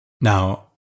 Now